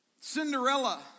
Cinderella